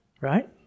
Right